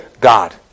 God